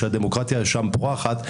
שהדמוקרטיה שם פורחת.